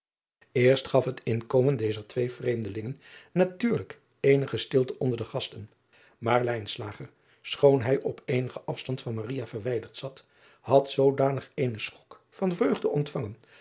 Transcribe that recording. erst gaf het inkomen dezer twee vreemdelingen natuurlijk eenige stilte onder de gasten maar schoon hij op eenigen afstand van verwijderd zat had zoodanig eenen schok van vreugde ontvangen